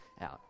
out